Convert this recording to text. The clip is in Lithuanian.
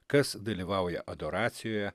kas dalyvauja adoracijoje